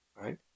right